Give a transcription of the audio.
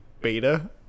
beta